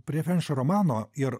prie frenč romano ir